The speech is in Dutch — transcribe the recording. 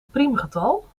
priemgetal